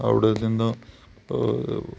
അവിടെ നിന്നും